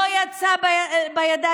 לא עלה בידם.